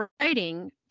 writing